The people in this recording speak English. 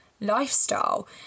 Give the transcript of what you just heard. lifestyle